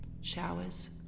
Showers